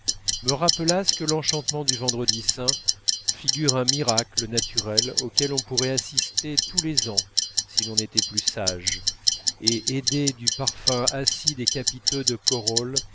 me rappelassent que l'enchantement du vendredi saint figure un miracle naturel auquel on pourrait assister tous les ans si l'on était plus sage et aidées du parfum acide et capiteux de corolles